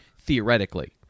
theoretically